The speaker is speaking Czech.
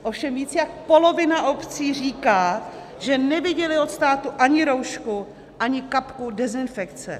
Ovšem víc jak polovina obcí říká, že neviděly od státu ani roušku, ani kapku dezinfekce.